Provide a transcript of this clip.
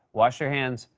wash your hands,